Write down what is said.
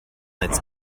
its